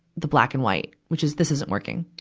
the black and white, which is, this isn't working.